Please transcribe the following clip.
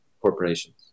corporations